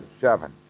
Seven